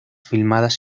filmadas